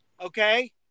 Okay